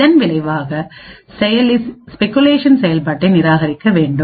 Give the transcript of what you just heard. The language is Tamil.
இதன் விளைவாக செயலி ஸ்பெகுலேஷன் செயல்பாட்டை நிராகரிக்க வேண்டும்